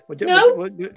no